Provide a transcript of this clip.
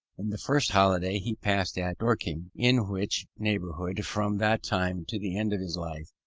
in the first holiday he passed at dorking in which neighbourhood, from that time to the end of his life,